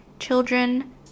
children